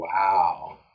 Wow